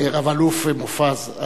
רב-אלוף מופז,